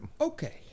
Okay